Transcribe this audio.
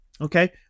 okay